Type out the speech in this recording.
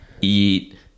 eat